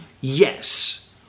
Yes